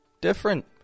different